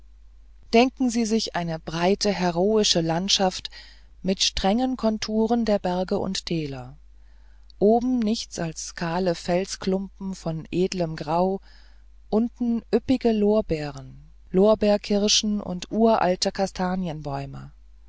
denken sie sich eine breite heroische landschaft mit strengen konturen der berge und täler oben nichts als kahle felsklumpen von edlem grau unten üppige oliven lorbeerkirschen und uralte kastanienbäume